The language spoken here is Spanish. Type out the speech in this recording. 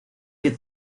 que